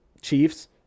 Chiefs